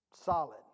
Solid